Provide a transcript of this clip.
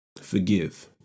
forgive